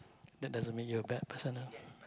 that doesn't make you a bad person ah